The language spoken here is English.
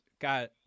got